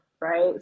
right